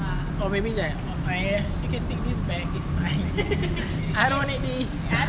or meaning that on friday you can take this back is fine I don't need this